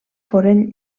foren